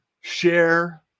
share